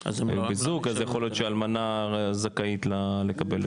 אז יכול להיות שאלמנה זכאית לקבל את זה.